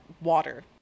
water